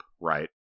right